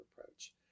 approach